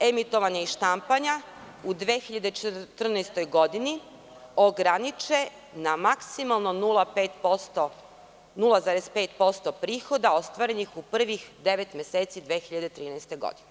emitovanja i štampanja u 2014. godini ograniče na maksimalno 0,5% prihoda ostvarenih u prvih devet meseci 2013. godine.